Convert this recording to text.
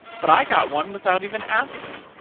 but i got one without even asking.